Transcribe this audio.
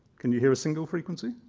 can you hear a single frequency?